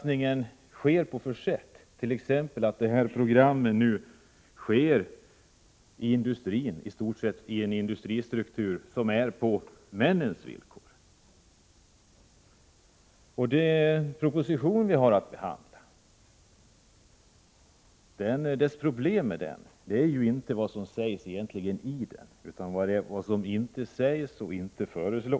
De åtgärdsprogram som föreslås och som avser att ge kvinnor ökade möjligheter till sysselsättning inom industrin innebär t.ex. sysselsättning i en industristruktur som är uppbyggd på männens villkor. Problemet med den proposition vi har att behandla är egentligen inte vad som sägs i den, utan vad som inte sägs och inte föreslås.